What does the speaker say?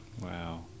wow